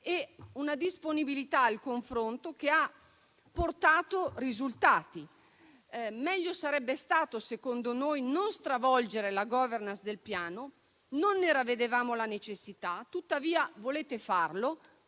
all'ascolto e al confronto, che ha portato dei risultati. Meglio sarebbe stato secondo noi non stravolgere la *governance* del Piano, non ne ravvedevamo la necessità. Tuttavia, se volete farlo,